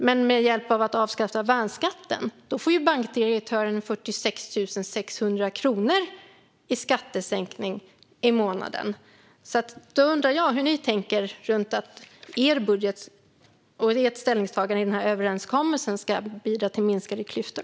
Men genom att värnskatten avskaffas får bankdirektören 46 600 kronor i skattesänkning varje månad. Då undrar jag hur ni tänker när det gäller att er budget och ert ställningstagande i denna överenskommelse ska bidra till minskade klyftor.